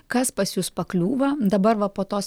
kas pas jus pakliūva dabar va po tos